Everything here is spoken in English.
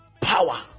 power